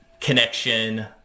connection